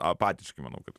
apatiški manau kad